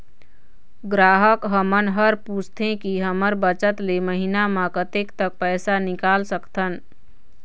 ग्राहक हमन हर पूछथें की हमर बचत ले महीना मा कतेक तक पैसा निकाल सकथन?